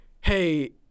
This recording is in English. hey